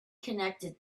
connected